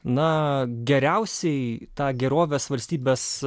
na geriausiai tą gerovės valstybės